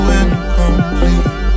incomplete